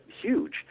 huge